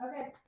Okay